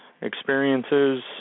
experiences